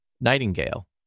nightingale